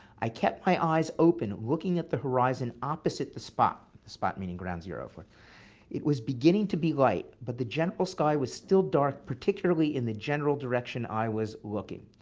i kept my eyes open looking at the horizon opposite the spot. the spot meaning, ground zero. it was beginning to be light, but the general sky was still dark, particularly in the general direction i was looking.